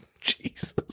Jesus